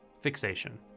fixation